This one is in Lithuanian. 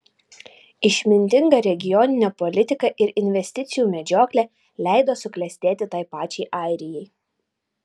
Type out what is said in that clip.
išmintinga regioninė politika ir investicijų medžioklė leido suklestėti tai pačiai airijai